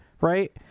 right